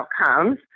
outcomes